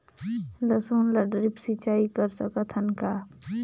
लसुन ल ड्रिप सिंचाई कर सकत हन का?